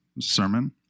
sermon